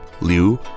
Liu